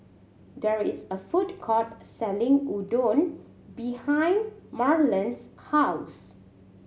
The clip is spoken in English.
there is a food court selling Udon behind Marland's house